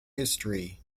history